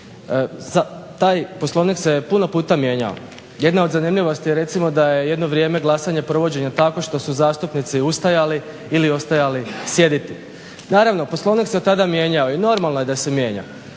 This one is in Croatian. Taj Poslovnik se puno puta mijenjao. Jedna od zanimljivosti je recimo da je jedno vrijeme glasanje provođeno tako što su zastupnici ustajali ili ostajali sjediti. Naravno, Poslovnik se od tada mijenjao i normalno je da se mijenja.